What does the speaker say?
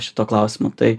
šito klausimo tai